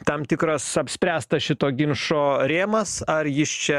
tam tikras apspręstas šito ginčo rėmas ar jis čia